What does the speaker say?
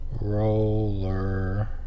roller